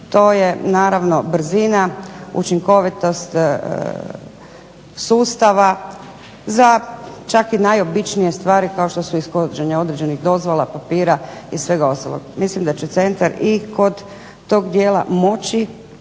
to je naravno brzina, učinkovitost sustav za čak i najobičnije stvari kao što su ishođenje određenih dozvola, papira i svega ostalog. Mislim da će centar i kod tog dijela moći